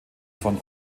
von